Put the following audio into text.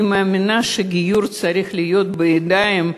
אני מאמינה שגיור צריך להיות בידיים,